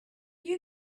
you